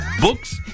books